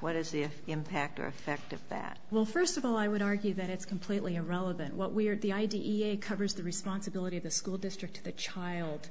what is if the impact or effect of that well first of all i would argue that it's completely irrelevant what we are the i d e a covers the responsibility of the school district to the child